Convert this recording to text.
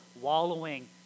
wallowing